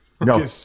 No